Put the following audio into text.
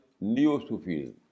Neo-Sufism